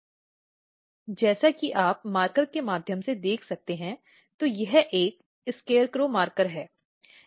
देखें साइड समय 2449 जैसा कि आप मार्कर के माध्यम से देख सकते हैं तो यह एक SCARECROW मार्कर है